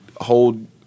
hold